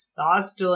last